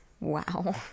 Wow